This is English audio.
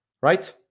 Right